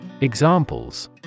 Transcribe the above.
Examples